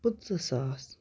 پٕنٛژٕ ساس